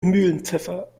mühlenpfeffer